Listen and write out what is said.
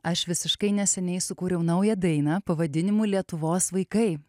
aš visiškai neseniai sukūriau naują dainą pavadinimu lietuvos vaikai